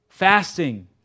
fasting